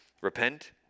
repent